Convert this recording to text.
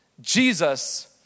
Jesus